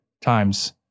times